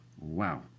wow